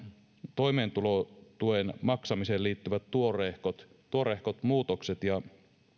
toimeentulotuen maksamiseen liittyvät tuoreehkot tuoreehkot muutokset